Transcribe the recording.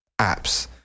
apps